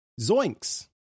Zoinks